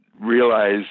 realize